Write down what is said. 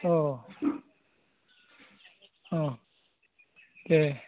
अ अ दे